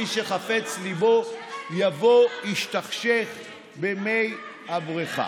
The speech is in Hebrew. מי שחפץ ליבו יבוא להשתכשך במי הבריכה.